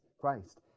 Christ